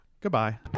Goodbye